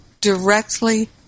directly